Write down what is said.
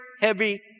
heavy